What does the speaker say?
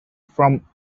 from